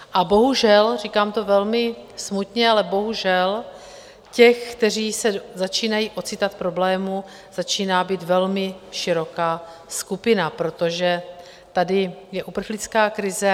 A bohužel, říkám to velmi smutně, ale bohužel těch, kteří se začínají ocitat v problému, začíná být velmi široká skupina, protože tady je uprchlická krize.